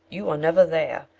you are never there,